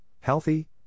healthy